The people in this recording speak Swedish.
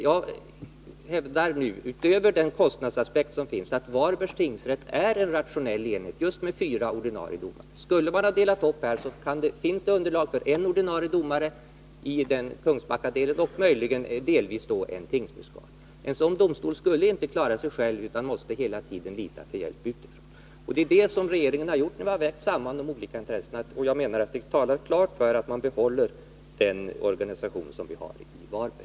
Jag hävdar nu, bortsett från den kostnadsaspekt som finns, att Varbergs tingsrätt är en rationell enhet just med fyra ordinarie domare. Skulle man ha gjort en uppdelning här, så finns det underlag för en ordinarie domare och möjligen också en tingsfiskal i Kungsbackadelen. En sådan domstol skulle inte klara sig själv utan måste hela tiden lita till hjälp utifrån. Det är den bedömningen regeringen har gjort när vi har vägt samman de olika intressena, och jag menar att det talar klart för att man behåller den organisation som vi har i Varberg.